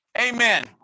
Amen